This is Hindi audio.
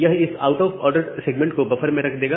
यह इस आउट ऑफ ऑर्डर सेगमेंट को बफर में रख देगा